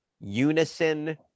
unison